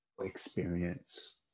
experience